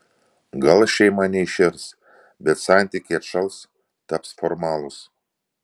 gal šeima neiširs bet santykiai atšals taps formalūs